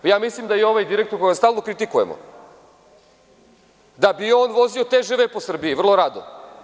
Mislim da je i ovaj direktor, kojeg stalo kritikujemo, da bi on vozio TŽV po Srbiji vrlo rado.